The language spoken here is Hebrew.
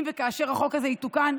אם וכאשר החוק הזה יתוקן,